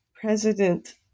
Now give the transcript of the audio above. president